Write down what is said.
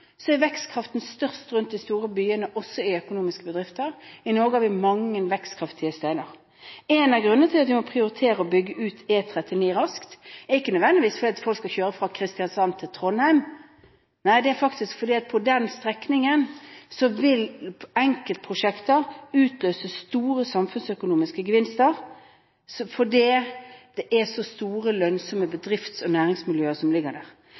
Så mye av ryggraden i vårt næringsliv er utenfor de sentrale strøk. I mange andre land er vekstkraften størst rundt de store byene også i økonomiske bedrifter. I Norge har vi mange vekstkraftige steder. En av grunnene til at vi må prioritere å bygge ut E39 raskt, er ikke nødvendigvis at folk skal kjøre fra Kristiansand til Trondheim, men at enkeltprosjekter på den strekningen vil utløse store samfunnsøkonomiske gevinster fordi det er så store og lønnsomme bedrifts- og næringsmiljøer som ligger der.